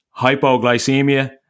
hypoglycemia